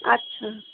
আচ্ছা